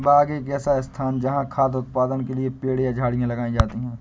बाग एक ऐसा स्थान है जहाँ खाद्य उत्पादन के लिए पेड़ या झाड़ियाँ लगाई जाती हैं